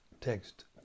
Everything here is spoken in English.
Text